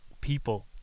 People